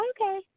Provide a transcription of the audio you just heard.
Okay